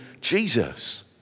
Jesus